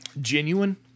genuine